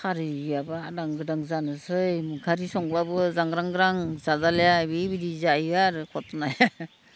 खारै गैयाबा आदां गादां जानोसै खारै संबाबो जांग्रांगां जाजालिया बिबायदि जायो आरो घटनाया